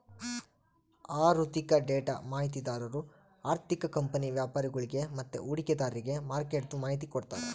ಆಋಥಿಕ ಡೇಟಾ ಮಾಹಿತಿದಾರು ಆರ್ಥಿಕ ಕಂಪನಿ ವ್ಯಾಪರಿಗುಳ್ಗೆ ಮತ್ತೆ ಹೂಡಿಕೆದಾರ್ರಿಗೆ ಮಾರ್ಕೆಟ್ದು ಮಾಹಿತಿ ಕೊಡ್ತಾರ